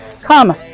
Come